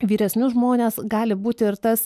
vyresnius žmones gali būti ir tas